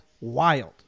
wild